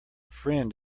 friend